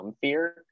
fear